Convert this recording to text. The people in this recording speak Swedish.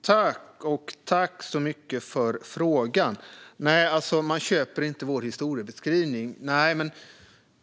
Herr talman! Jag tackar så mycket för frågan. Man köper alltså inte vår historieskrivning.